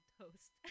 toast